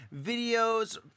videos